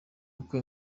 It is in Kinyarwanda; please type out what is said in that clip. uko